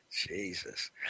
Jesus